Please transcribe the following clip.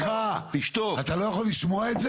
סליחה, אתה לא יכול לשמוע את זה?